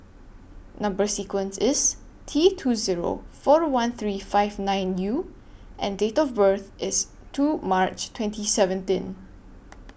Number sequence IS T two Zero four one three five nine U and Date of birth IS two March twenty seventeen